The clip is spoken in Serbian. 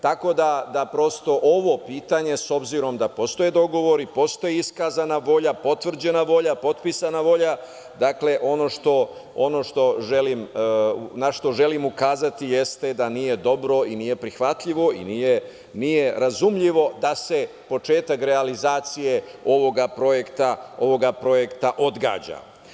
Tako da prosto ovo pitanje, s obzirom da postoje dogovori, postoji iskazana volja, potvrđena volja, potpisana volja, dakle ono na šta želim ukazati jeste da nije dobro i nije prihvatljivo i nije razumljivo da se početak realizacije ovog projekta odgađa.